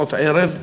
בשעות הערב,